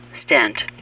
stent